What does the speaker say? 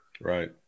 Right